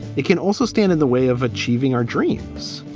it can also stand in the way of achieving our dreams.